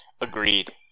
Agreed